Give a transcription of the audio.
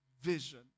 vision